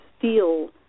feel